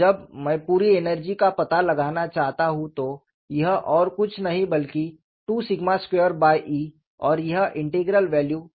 और जब मैं पूरी एनर्जी का पता लगाना चाहता हूं तो यह और कुछ नहीं बल्कि 22E और यह इंटीग्रल वैल्यू